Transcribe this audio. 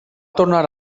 tornar